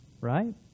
Right